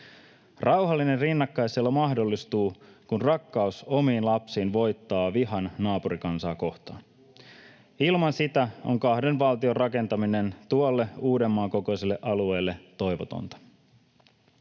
Rauhallinen rinnakkaiselo mahdollistuu, kun rakkaus omiin lapsiin voittaa vihan naapurikansaa kohtaan. Ilman sitä on kahden valtion rakentaminen tuolle Uudenmaan kokoiselle alueelle toivotonta.